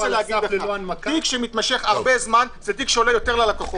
תיק שנמשך הרבה זמן עולה יותר ללקוחות,